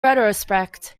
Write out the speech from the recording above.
retrospect